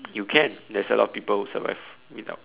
you can there's a lot of people who survive without